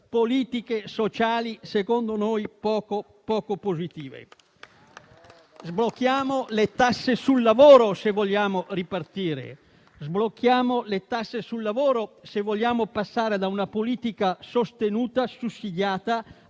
politiche sociali secondo noi poco positive. Sblocchiamo le tasse sul lavoro se vogliamo ripartire; sblocchiamo le tasse sul lavoro se vogliamo passare da una politica sostenuta e sussidiata